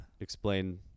Explain